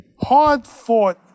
hard-fought